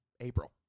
April